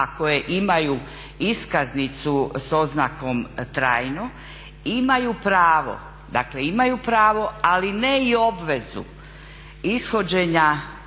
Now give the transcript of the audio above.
a koje imaju iskaznicu s oznakom trajno imaju pravo ali ne i obvezu ishođenja